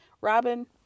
Robin